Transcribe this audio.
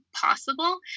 possible